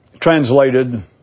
translated